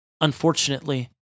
Unfortunately